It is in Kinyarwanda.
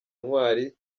intwari